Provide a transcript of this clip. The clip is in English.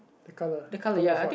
the colour colour of what